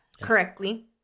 correctly